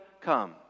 come